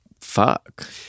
fuck